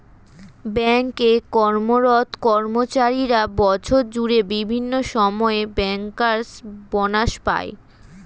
bank এ কর্মরত কর্মচারীরা বছর জুড়ে বিভিন্ন সময়ে ব্যাংকার্স বনাস পায়